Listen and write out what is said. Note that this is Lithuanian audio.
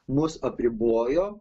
mus apribojo